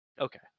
Okay